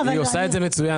היא עושה את זה מצוין.